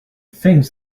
things